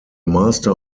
master